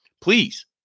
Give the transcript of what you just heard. please